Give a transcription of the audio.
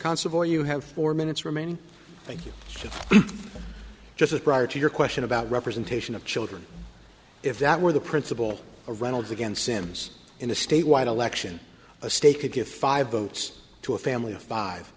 constable you have four minutes remaining thank you just prior to your question about representation of children if that were the principal or reynolds again since in a statewide election a state could give five votes to a family of five